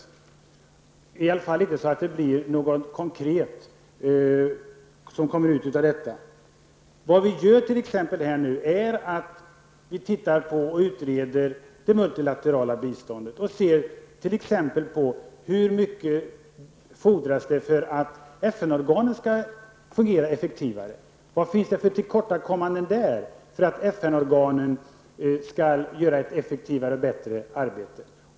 Det kommer i alla fall inte att komma ut någonting konkret av detta. Det vi gör nu är att vi utreder det multilaterala biståndet. Vi ser t.ex. på hur mycket pengar det fordras för att FN-organen skall fungera effektivare. Vad kan man göra där för att FN organen skall utföra ett effektivare och bättre arbete.